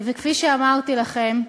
וכפי שאמרתי לכם,